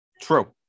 true